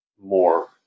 more